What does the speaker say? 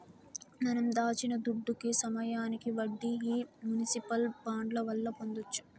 మనం దాచిన దుడ్డుకి సమయానికి వడ్డీ ఈ మునిసిపల్ బాండ్ల వల్ల పొందొచ్చు